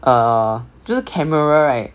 err 就是 camera right